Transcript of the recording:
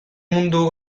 mundu